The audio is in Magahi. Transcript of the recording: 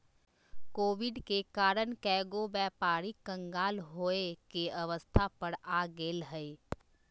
कोविड के कारण कएगो व्यापारी क़ँगाल होये के अवस्था पर आ गेल हइ